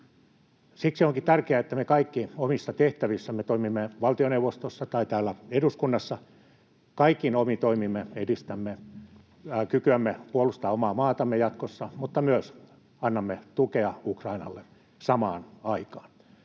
Siksi onkin tärkeää, että me kaikki omissa tehtävissämme, toimimmepa valtioneuvostossa tai täällä eduskunnassa, kaikin omin toimin edistämme kykyämme puolustaa omaa maatamme jatkossa mutta myös annamme tukea Ukrainalle samaan aikaan.